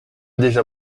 déjà